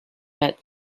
had